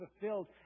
fulfilled